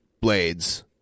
blades